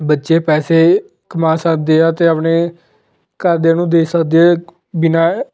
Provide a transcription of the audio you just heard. ਬੱਚੇ ਪੈਸੇ ਕਮਾ ਸਕਦੇ ਆ ਅਤੇ ਆਪਣੇ ਘਰਦਿਆਂ ਨੂੰ ਦੇਖ ਸਕਦੇ ਹੈ ਬਿਨਾਂ